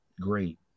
great